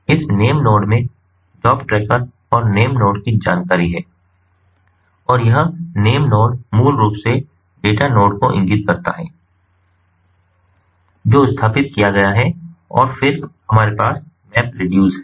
इस name node में job tracker और नेम नोड की जानकारी है और यह नेम नोड मूल रूप से डेटा नोड को इंगित करता है जो स्थापित किया गया है और फिर हमारे पास MapReduce है